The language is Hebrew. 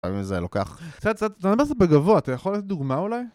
לפעמים זה לוקח... קצת, קצת, אתה מדבר קצת בגבוה, אתה יכול לעשות דוגמה אולי?